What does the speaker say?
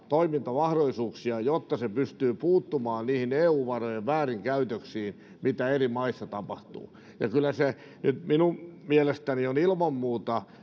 toimintamahdollisuuksia jotta se pystyy puuttumaan niihin eu varojen väärinkäytöksiin mitä eri maissa tapahtuu ja kyllä se nyt minun mielestäni on ilman muuta